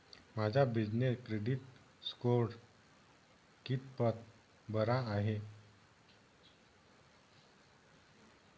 माझा business credit score कितपत बरा आहे?